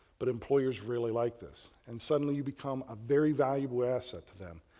but employers really like this and suddenly you become a very valuable asset to them.